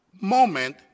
moment